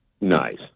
Nice